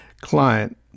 client